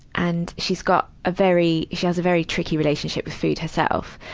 and she's got a very. she has a very tricky relationship with food herself.